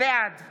בעד